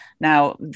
Now